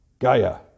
Gaia